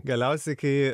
galiausiai kai